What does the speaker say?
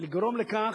לגרום לכך,